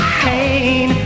pain